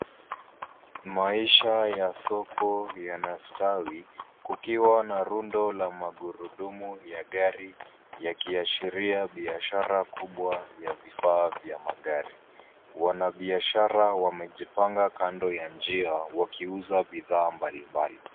Maisha ya soko yanastawi yakiwa na rundo la magurudumu ya gari yakiashiria biashara kubwa ya vifaa vya magari. Wanabiashara wamejipanga kando ya njia wakiuza bidhaa mbali mbali.